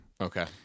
Okay